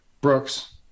Brooks